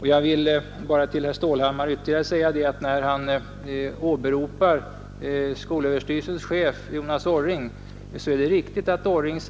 När herr Stålhammar åberopar skolöverstyrelsens chef Jonas Orring vill jag säga att det är riktigt att denne